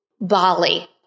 Bali